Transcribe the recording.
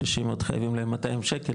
קשישים עוד חייבים להם 200 ₪,